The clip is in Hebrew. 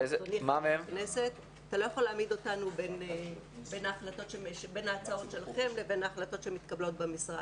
אתה לא יכול לעמיד אותנו בין ההצעות שלכם לבין ההחלטות שמתקבלות במשרד.